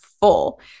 full